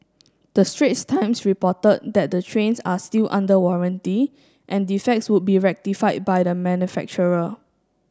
the Straits Times reported that the trains are still under warranty and defects would be rectified by the manufacturer